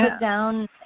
down